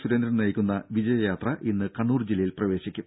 സുരേന്ദ്രൻ നയിക്കുന്ന വിജയ യാത്ര ഇന്ന് കണ്ണൂർ ജില്ലയിൽ പ്രവേശിക്കും